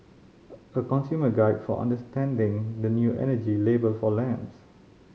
a consumer guide for understanding the new energy label for lamps